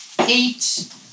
eight